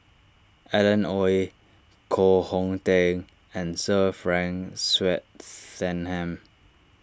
Alan Oei Koh Hong Teng and Sir Frank Swettenham